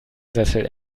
sessel